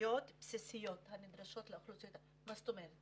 מיומנויות בסיסיות נדרשות, מה זאת אומרת?